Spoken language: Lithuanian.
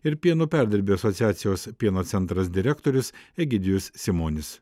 ir pieno perdirbėjų asociacijos pieno centras direktorius egidijus simonis